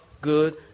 good